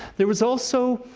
there was also,